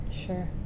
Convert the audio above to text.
sure